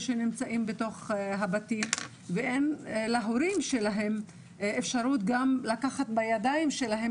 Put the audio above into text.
שנמצאים בבתים ולהורים שלהם אין אפשרות לקחת בידיים שלהם,